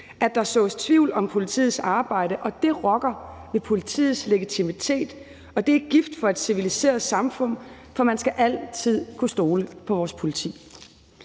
at der sås tvivl om politiets arbejde, og det rokker ved politiets legitimitet. Det er gift for et civiliseret samfund, for man skal altid kunne stole på vores politi.